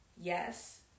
yes